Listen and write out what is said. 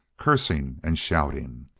cursing and shouting.